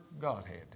Godhead